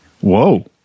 Whoa